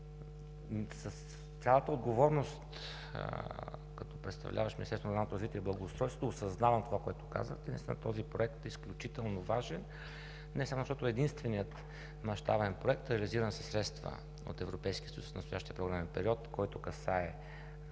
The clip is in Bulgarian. с цялата отговорност, като представляващ Министерство на регионалното развитие и благоустройството, осъзнавам това, което казахте. Наистина този Проект е изключително важен, не само защото е единственият мащабен проект, реализиран със средства от Европейския съюз в настоящия програмен период, който касае